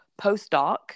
postdoc